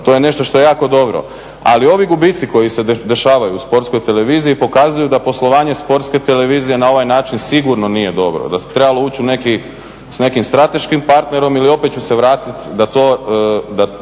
To je nešto što je jako dobro. Ali ovi gubici koji se dešavaju u Sportskoj televiziji pokazuju da poslovanje Sportske televizije na ovaj način sigurno nije dobro, da se trebalo ući sa nekakvim strateškim partnerom ili opet ću se vratiti na to